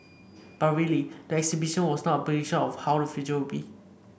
but really the exhibition was not a prediction of how the future will be